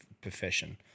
profession